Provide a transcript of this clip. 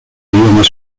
idiomas